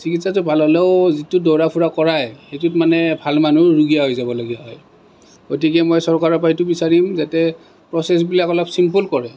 চিকিৎসাটো ভাল হ'লেও যিটো দৌৰা ফুৰা কৰায় সেইটোত মানে ভাল মানুহো ৰুগীয়া হৈ যাবলগীয়া হয় গতিকে মই চৰকাৰৰ পৰা এইটো বিচাৰিম যাতে প্ৰচেছবিলাক অলপ চিম্পুল কৰে